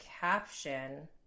caption